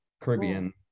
Caribbean